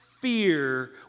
fear